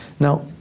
Now